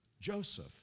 Joseph